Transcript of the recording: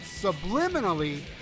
subliminally